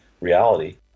reality